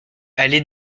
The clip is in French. allée